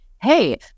Hey